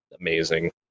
amazing